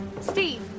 Steve